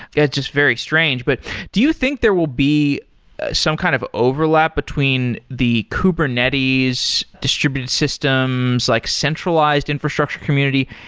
yeah it's just very strange. but do you think there will be some kind of overlap between the kubernetes distributed systems, like centralized infrastructure community,